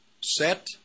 set